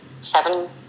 seven